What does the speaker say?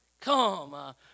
come